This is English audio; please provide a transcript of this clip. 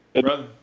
Brother